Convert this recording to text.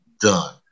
done